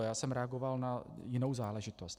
Já jsem reagoval na jinou záležitost.